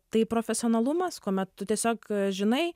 tai profesionalumas kuomet tu tiesiog žinai